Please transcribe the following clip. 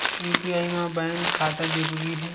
UPI मा bank खाता जरूरी हे?